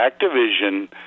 Activision